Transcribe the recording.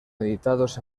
editados